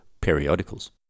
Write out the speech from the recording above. periodicals